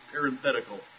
parenthetical